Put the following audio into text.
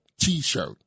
T-shirt